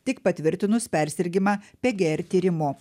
tik patvirtinus persirgimą pgr tyrimu